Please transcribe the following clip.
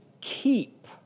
keep